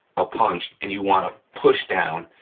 a punch, and you wanna push down,